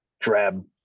drab